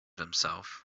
himself